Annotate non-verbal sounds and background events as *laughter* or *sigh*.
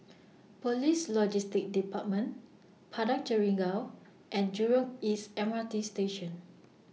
*noise* Police Logistics department Padang Jeringau and Jurong East M R T Station